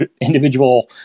individual